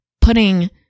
putting